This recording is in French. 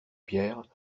pierres